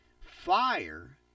fire